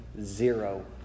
zero